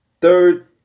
third